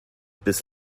bis